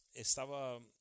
estaba